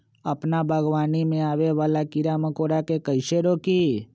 अपना बागवानी में आबे वाला किरा मकोरा के कईसे रोकी?